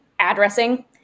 addressing